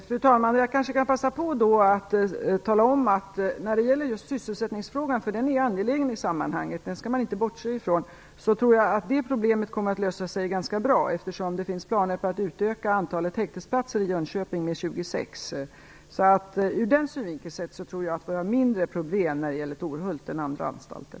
Fru talman! Sysselsättningsfrågan är angelägen i sammanhanget, den skall man inte bortse från. Jag tror att det problemet kommer att lösa sig ganska bra, eftersom det finns planer på att utöka antalet häktesplatser i Jönköping med 26. Ur den synvinkeln tror jag därför att problemen är mindre när det gäller Torhult än i fråga om andra anstalter.